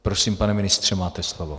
Prosím, pane ministře, máte slovo.